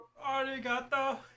Arigato